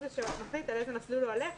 הוא מחליט לאיזה מסלול הוא הולך,